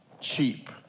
cheap